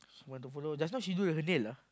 she want to follow just now she do her nail ah